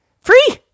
free